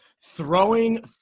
throwing